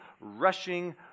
rushing